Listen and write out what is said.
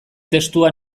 testua